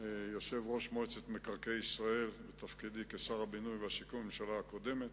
יושב-ראש מועצת מקרקעי ישראל בתפקידי כשר הבינוי והשיכון בממשלה הקודמת.